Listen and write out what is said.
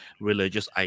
religious